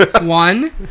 One